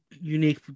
unique